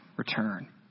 return